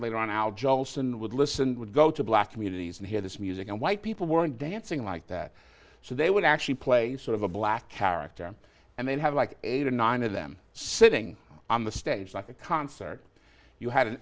later on al jolson would listen would go to black communities and hear this music and white people weren't dancing like that so they would actually play sort of a black character and they'd have like eight or nine of them sitting on the stage like a concert you had an